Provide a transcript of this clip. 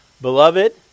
Beloved